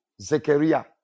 Zechariah